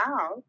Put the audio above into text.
out